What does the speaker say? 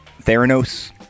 Theranos